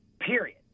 period